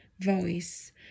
voice